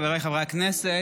חבריי חברי הכנסת,